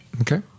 okay